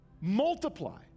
Multiply